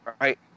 right